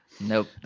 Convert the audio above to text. Nope